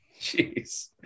Jeez